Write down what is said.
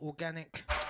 organic